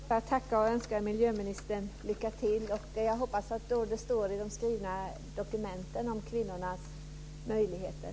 Fru talman! Jag vill bara tacka och önska miljöministern lycka till. Jag hoppas att man i de skriftliga dokumenten behandlar kvinnornas möjligheter.